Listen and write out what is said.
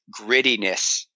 grittiness